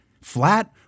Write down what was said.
Flat